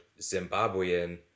Zimbabwean